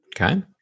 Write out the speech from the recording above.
Okay